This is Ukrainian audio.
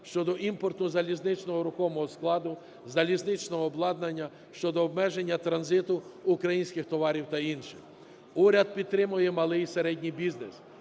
щодо імпорту залізничного рухомого складу, залізничного обладнання, щодо обмеження транзиту українських товарів та інше. Уряд підтримує малий і середній бізнес,